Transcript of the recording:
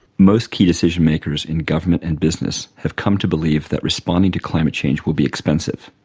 most key decision-makers in government and business have come to believe that responding to climate change will be expensive.